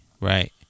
right